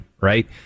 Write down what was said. right